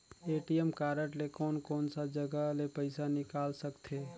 ATM card ले कोन कोन सा जगह ले पइसा निकाल सकथे?